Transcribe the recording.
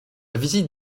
visite